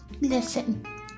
Listen